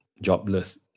jobless